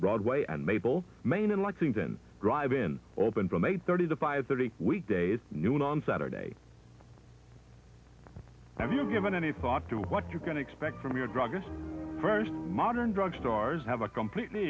broadway and maple main in lexington drive in open from eight thirty to five thirty weekdays at noon on saturday have you given any thought to what you're going to expect from your druggist's first modern drug stores have a completely